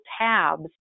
tabs